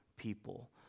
people